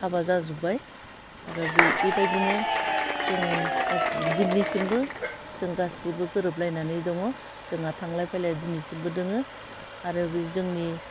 हाबा जाबोबाय आरो बे बेबायदिनो जों गासि दिनैसिमबो जों गासिबो गोरोबलायनानै दङ जोंहा थांलाय फैलाय दिनैसिमबो दोङो आरो बे जोंनि